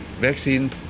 vaccine